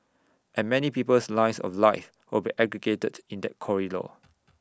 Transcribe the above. and many people's lines of life will be aggregated in that corridor